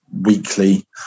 Weekly